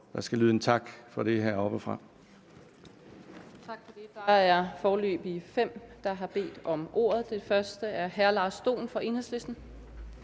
der skal lyde en tak for det heroppefra.